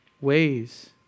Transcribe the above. ways